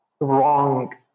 wrong